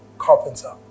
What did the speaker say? carpenter